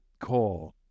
call